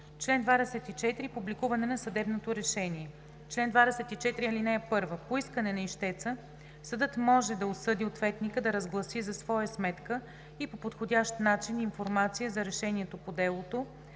чл. 24: „Публикуване на съдебното решение Чл. 24. (1) По искане на ищеца съдът може да осъди ответника да разгласи за своя сметка и по подходящ начин информация за решението по делото,